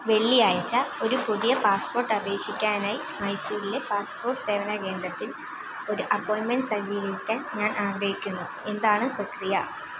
വെള്ളിയാഴ്ച ഒരു പുതിയ പാസ്പോർട്ട് അപേക്ഷിക്കാനായി മൈസൂരിലെ പാസ്പോർട്ട് സേവാ കേന്ദ്രത്തിൽ ഒരു അപ്പോയിൻ്റ്മെൻ്റ് സജ്ജീകരിക്കാൻ ഞാൻ ആഗ്രഹിക്കുന്നു എന്താണ് പ്രക്രിയ